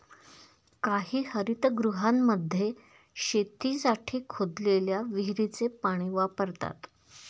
काही हरितगृहांमध्ये शेतीसाठी खोदलेल्या विहिरीचे पाणी वापरतात